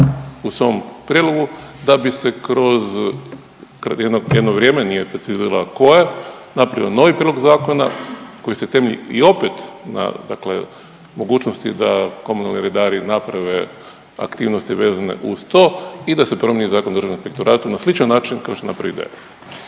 u svom prijedlogu da bi se kroz jedno vrijeme, nije precizirala koje, napravio novi prijedlog zakona koji se temelji i opet na dakle mogućnosti da komunalni redari naprave aktivnosti vezane uz to i da se promijeni Zakon o državnom inspektoratu na sličan način kao što je napravio i danas.